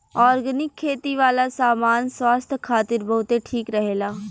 organic खेती वाला सामान स्वास्थ्य खातिर बहुते ठीक रहेला